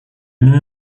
même